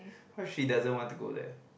what if she doesn't want to go there